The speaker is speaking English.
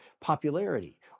popularity